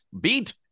beat